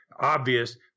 Obvious